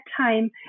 time